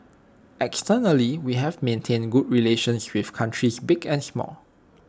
externally we have maintained good relations with countries big and small